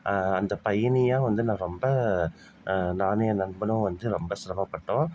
அந்த பயணியாக வந்து நான் ரொம்ப நானும் என் நண்பனும் வந்து ரொம்ப சிரமப்பட்டோம்